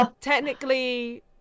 technically